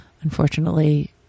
Unfortunately